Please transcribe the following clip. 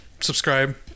Subscribe